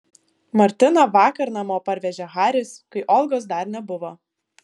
martiną vakar namo parvežė haris kai olgos dar nebuvo